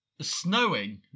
snowing